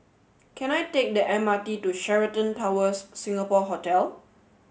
can I take the M R T to Sheraton Towers Singapore Hotel